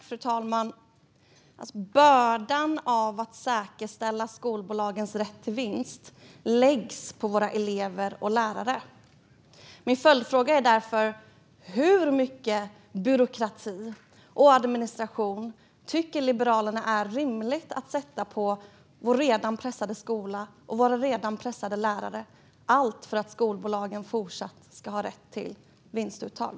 Fru talman! Bördan att säkerställa skolbolagens rätt till vinst läggs på våra elever och lärare. Min följdfråga är därför: Hur mycket byråkrati och administration tycker Liberalerna att det är rimligt att lägga på vår redan pressade skola och våra redan pressade lärare för att skolbolagen fortsatt ska ha rätt till vinstuttag?